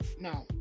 no